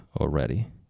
already